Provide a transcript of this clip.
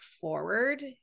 forward